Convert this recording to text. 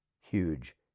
Huge